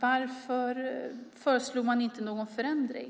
Varför föreslår ni inte någon förändring?